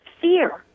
fear